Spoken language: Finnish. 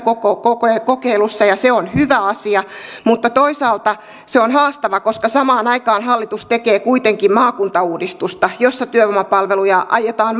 kokeilussa ja se on hyvä asia mutta toisaalta se on haastavaa koska samaan aikaan hallitus tekee kuitenkin maakuntauudistusta jossa työvoimapalveluja aiotaan